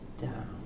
down